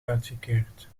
uitgekeerd